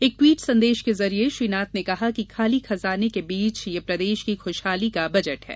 एक ट्वीट संदेश के जरिए श्री नाथ ने कहा कि खाली खजाने के बीच यह प्रदेश की खुशहाली का बजट है